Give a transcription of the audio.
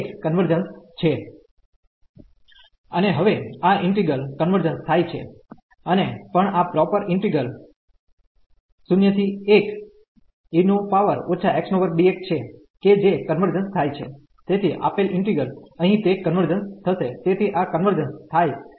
અને હવે આ ઈન્ટિગ્રલ કન્વર્જન્સ થાય છે અને પણ આ પ્રોપર ઈન્ટિગ્રલ 01e x2dx છે કે જે કન્વર્જન્સ થાય છેતેથી આપેલ ઈન્ટિગ્રલ અહીં તે કન્વર્જન્સ થશે તેથી આ કન્વર્જન્સ થાય જે આપણે બતાવવા માંગીએ છીએ